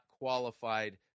qualified